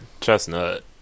Chestnut